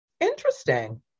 interesting